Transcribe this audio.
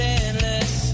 endless